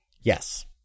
Yes